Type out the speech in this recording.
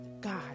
God